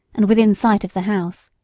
and within sight of the house.